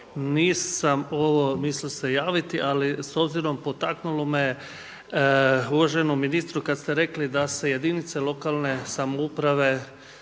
Nisam se mislio javiti ali s obzirom, potaknulo me, uvaženom ministru kada ste rekli da se jedinice lokalne samouprave